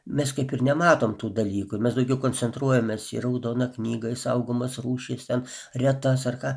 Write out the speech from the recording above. mes kaip ir nematom tų dalykų mes daugiau koncentruojamės į raudoną knygą į saugomas rūšys ten retas ar ką